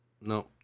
no